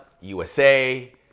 USA